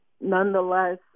nonetheless